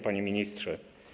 Panie Ministrze!